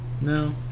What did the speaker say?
No